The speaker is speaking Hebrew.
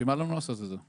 בשביל מה לנו לעשות את זה?